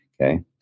okay